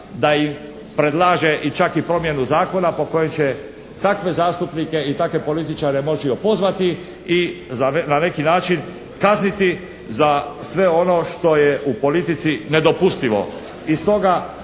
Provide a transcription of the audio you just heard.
da im predlaže i čak i promjenu zakona po kojem će takve zastupnike i takve političare moći opozvati i na neki način kazniti za sve ono što je u politici nedopustivo.